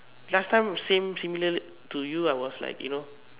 last time same similar to you I was like you know